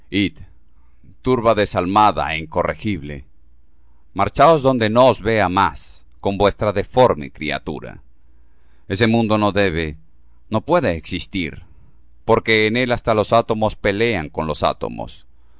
turba desalmada é incorregible marcháos donde no os vea más con vuestra deforme criatura ese mundo no debe no puede existir porque en él hasta los átomos pelean con los átomos